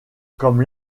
comme